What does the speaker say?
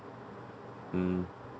mm